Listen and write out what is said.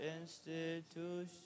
institution